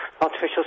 Artificial